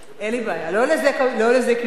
לא לזה כיוונו,